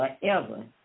forever